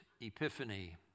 epiphany